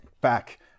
back